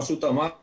גם רשות המים.